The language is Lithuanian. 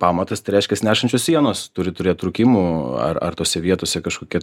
pamatas tai reiškias nešančios sienos turi turėt trūkimų ar ar tose vietose kažkokie